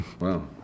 Wow